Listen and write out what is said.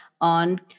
on